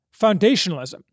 Foundationalism